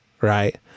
right